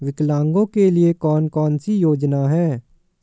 विकलांगों के लिए कौन कौनसी योजना है?